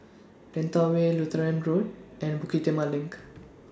Lentor Way Lutheran Road and Bukit Timah LINK